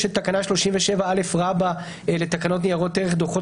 יש את תקנה 37א לתקנות ניירות ערך (דוחות